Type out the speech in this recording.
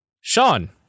sean